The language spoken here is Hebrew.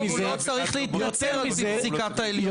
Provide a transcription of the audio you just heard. לא צריך להתנצר על-פי פסיקת העליונות,